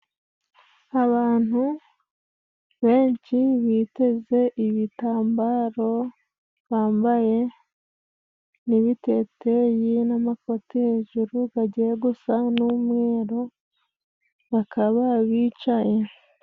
Abantu benshi biteze ibitambaro, bambaye n'ibiteteyi n'amakoti hejuru ,gagiye gusa n'umweru bakaba bicaye.